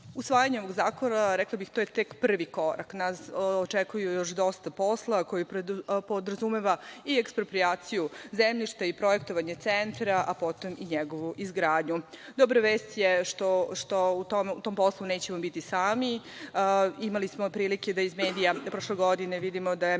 manjine. Usvajanje ovog zakona, rekla bih, to je tek prvi korak. Nas očekuje još dosta posla koji podrazumeva i eksproprijaciju zemljišta i projektovanje centra, a potom i njegovu izgradnju. Dobra vest je što u tom poslu nećemo biti sami. Imali smo prilike da iz medija prošle godine vidimo da je